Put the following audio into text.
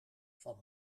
van